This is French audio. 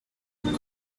les